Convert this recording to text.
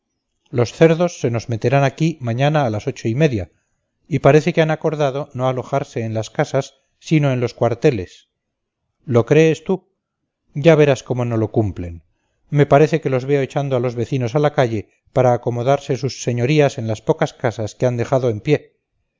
los cerdos se nos meterán aquí mañana a las ocho y media y parece han acordado no alojarse en las casas sino en los cuarteles lo crees tú ya verás cómo no lo cumplen me parece que los veo echando a los vecinos a la calle para acomodarse sus señorías en las pocas casas que han dejado en pie